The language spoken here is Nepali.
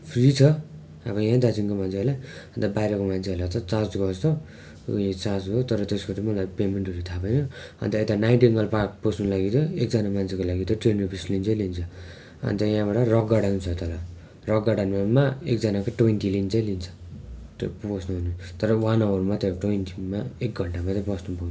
फ्री छ अब यहीँ दार्जिलिङको मान्छेहरूलाई अन्त बाहिरको मान्छेहरूलाई चाहिँ चार्ज गर्छ उयो चार्ज हो तर त्यसको चाहिँ मलाई पेमेन्टहरू थाहा भएन अन्त यता नाइटिङगेल पार्क पस्नुको लागि त एकजना मान्छेको लागि चाहिँ टेन रुपिस लिन्छै लिन्छ अन्त यहाँबाट रक गार्डन छ तल रक गार्डनमा एकजनाको ट्वेन्टी लिन्छै लिन्छ त्यहाँ पोस्नु तर वान आवर मात्र हो ट्वेन्टीमा एक घन्टा मात्र पस्नु पाउँछ